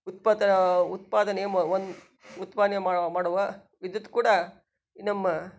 ಉತ್ಪತ್ತಿ ಉತ್ಪಾದನೆಯ ಉತ್ಪಾದನೆ ಮಾ ಮಾಡುವ ವಿದ್ಯುತ್ ಕೂಡ ನಮ್ಮ